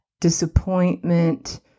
disappointment